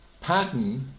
pattern